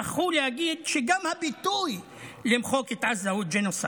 שכחו להגיד שגם הביטוי "למחוק את עזה" הוא ג'נוסייד.